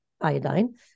iodine